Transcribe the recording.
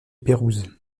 pérouse